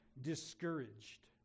discouraged